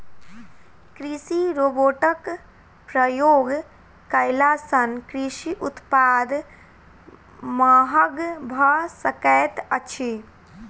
कृषि रोबोटक प्रयोग कयला सॅ कृषि उत्पाद महग भ सकैत अछि